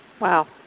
Wow